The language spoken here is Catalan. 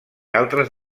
altres